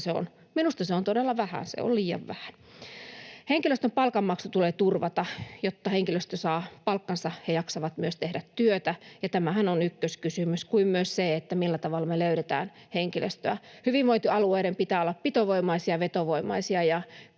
Minusta se on todella vähän, se on liian vähän. Henkilöstön palkanmaksu tulee turvata. Kun henkilöstö saa palkkansa, he jaksavat myös tehdä työtä, ja tämähän on ykköskysymys kuin myös se, millä tavalla me löydetään henkilöstöä. Hyvinvointialueiden pitää olla pitovoimaisia, vetovoimaisia.